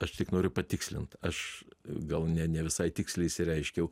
aš tik noriu patikslint aš gal ne ne visai tiksliai išsireiškiau